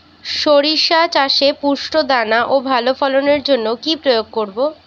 শরিষা চাষে পুষ্ট দানা ও ভালো ফলনের জন্য কি প্রয়োগ করব?